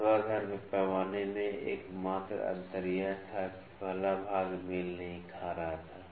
ऊर्ध्वाधर पैमाने में एकमात्र अंतर यह था कि पहला भाग मेल नहीं खा रहा था